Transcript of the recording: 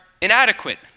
inadequate